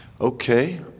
Okay